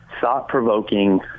thought-provoking